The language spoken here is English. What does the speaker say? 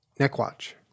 Neckwatch